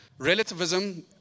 Relativism